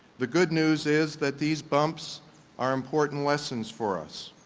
the good news is that these bumps are important lessons for us.